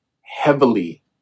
heavily